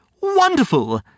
Wonderful